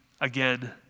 again